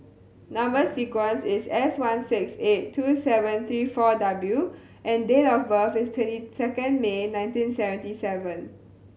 number sequence is S one six eight two seven three four W and date of birth is twenty second May nineteen seventy seven